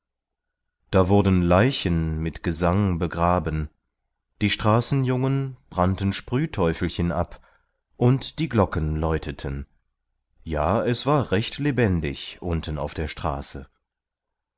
da wurden leichen mit gesang begraben die straßenjungen brannten sprühteufelchen ab und die glocken läuteten ja es war recht lebendig unten auf der straße